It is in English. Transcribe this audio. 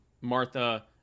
Martha